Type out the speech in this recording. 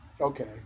Okay